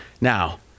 now